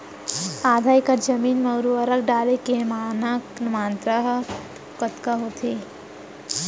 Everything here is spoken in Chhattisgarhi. आधा एकड़ जमीन मा उर्वरक डाले के मानक मात्रा कतका होथे?